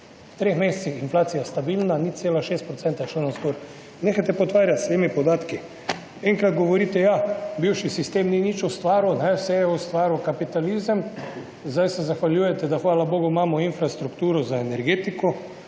V treh mesecih inflacija stabilna, 0,6 % je šlo navzgor. Nehajte potvarjati s temi podatki. Enkrat govorite, ja, bivši sistem ni nič ustvaril, vse je ustvaril kapitalizem, zdaj se zahvaljujete, da hvala bogu imamo infrastrukturo za energetiko,